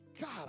God